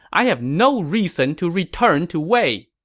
i have no reason to return to wei!